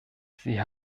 sie